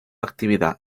actividad